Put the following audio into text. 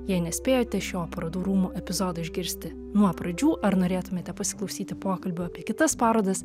jei nespėjote šio parodų rūmų epizodo išgirsti nuo pradžių ar norėtumėte pasiklausyti pokalbio apie kitas parodas